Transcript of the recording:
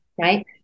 right